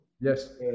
Yes